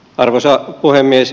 arvoisa puhemies